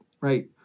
right